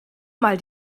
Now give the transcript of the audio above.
mal